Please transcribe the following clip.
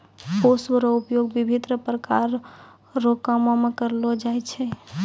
पुष्प रो उपयोग विभिन्न प्रकार रो कामो मे करलो जाय छै